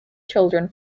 children